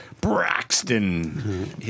Braxton